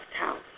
house